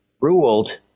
ruled